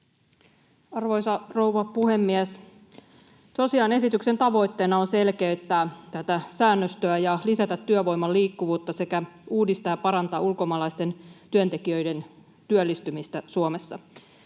Arvoisa rouva puhemies! Tosiaan esityksen tavoitteena on selkeyttää tätä säännöstöä ja lisätä työvoiman liikkuvuutta sekä uudistaa ja parantaa ulkomaalaisten työntekijöiden työllistymistä Suomessa.